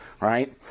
right